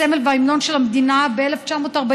הסמל וההמנון של המדינה ב-1949.